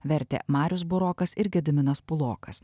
vertė marius burokas ir gediminas pulokas